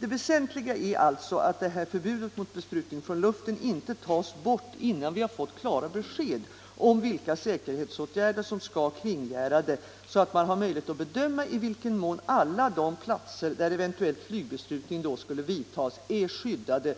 Det väsentliga är att förbudet mot besprutning från luften inte tas bort innan vi fått klara besked om vilka säkerhetsåtgärder som skall kringgärda det, så att man har möjlighet att bedöma i vilken mån alla de platser, där eventuell flygbesprutning då skulle vidtas, är skyddade